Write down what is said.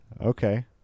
Okay